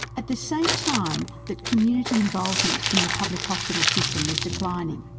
at the same time that community involvement in the public hospital system was declining,